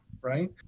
right